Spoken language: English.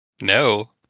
No